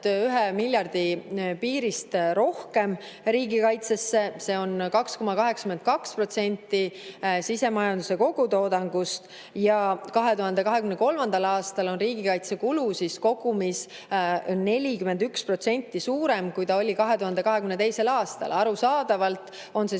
1 miljardi piirist rohkem riigikaitsesse, see on 2,82% sisemajanduse kogutoodangust, ja 2023. aastal on riigikaitsekulu kogumis 41% suurem, kui ta oli 2022. aastal. Arusaadavalt on see